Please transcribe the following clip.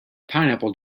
pineapple